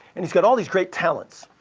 and it's got all these great talents.